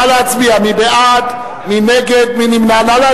נא להצביע, מי בעד, מי נגד, מי נמנע.